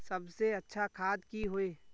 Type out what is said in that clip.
सबसे अच्छा खाद की होय?